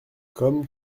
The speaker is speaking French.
comme